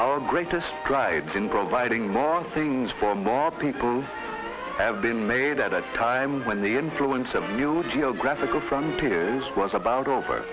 our greatest pride in providing more things for more people have been made at a time when the influence of new geographical frontiers was about over